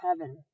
heaven